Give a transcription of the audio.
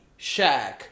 shaq